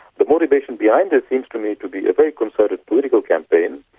but motivations behind this seems to me to be a very concerted political campaign,